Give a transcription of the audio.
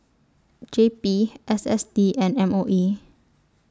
J B S S T and M O E